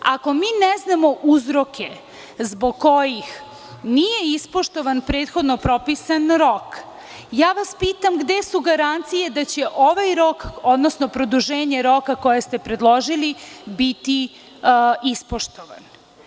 Ako mi ne znamo uzroke zbog kojih nije ispoštovan prethodno propisan rok, ja vas pitam gde su garancije da će ovaj rok, odnosno produženje roka koje ste predložili biti ispoštovan?